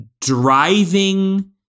driving